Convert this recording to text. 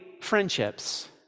friendships